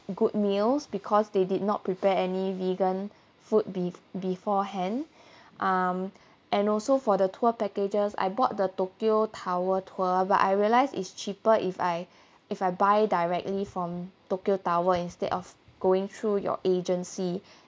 good meals because they did not prepare any vegan food be~ beforehand um and also for the tour packages I bought the tokyo tower tour but I realize is cheaper if I if I buy directly from tokyo tower instead of going through your agency